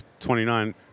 29